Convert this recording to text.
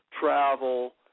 travel